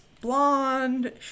blonde